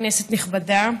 כנסת נכבדה,